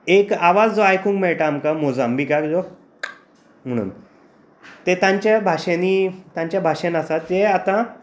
एक आवाज जो आयकुंक मेळटा मोजांबिकाक जो म्हणून ते तांच्या भाशेंनी तांच्या भाशेंत आसा ते आतां